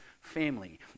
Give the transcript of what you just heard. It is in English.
family